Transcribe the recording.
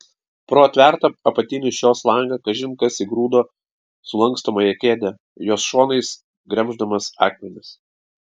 pro atvertą apatinį šios langą kažin kas įgrūdo sulankstomąją kėdę jos šonais gremždamas akmenis